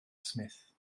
smith